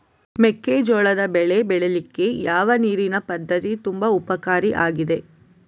ಮೆಕ್ಕೆಜೋಳದ ಬೆಳೆ ಬೆಳೀಲಿಕ್ಕೆ ಯಾವ ನೀರಿನ ಪದ್ಧತಿ ತುಂಬಾ ಉಪಕಾರಿ ಆಗಿದೆ?